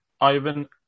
Ivan